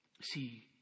see